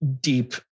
deep